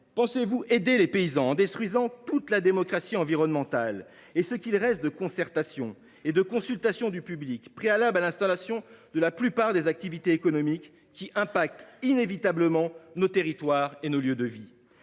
pensez vous aider les paysans en détruisant toute la démocratie environnementale et ce qu’il reste de concertation et de consultation du public, préalable à l’installation de la plupart des activités économiques qui emportent inévitablement des conséquences sur nos territoires et sur nos lieux de vie ?